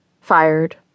fired